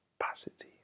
capacity